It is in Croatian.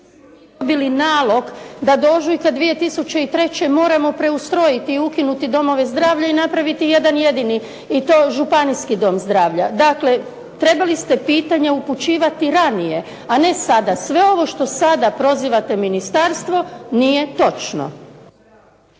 dobili nalog da do ožujka 2003. moramo preustrojiti, ukinuti domove zdravlja i napraviti jedan jedini i to županijski dom zdravlja. Dakle, trebali ste pitanja upućivati ranije, a ne sada. Sve ovo što sada prozivate ministarstvo nije točno.